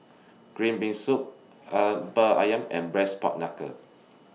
Green Bean Soup Ayam and Braised Pork Knuckle